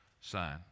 sign